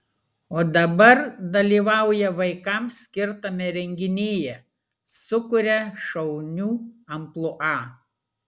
o dabar dalyvauja vaikams skirtame renginyje sukuria šaunių amplua